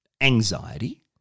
anxiety